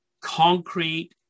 concrete